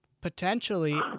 potentially